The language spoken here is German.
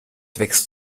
wächst